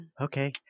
Okay